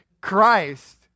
Christ